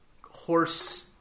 horse